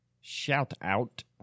shout-out